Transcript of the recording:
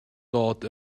dod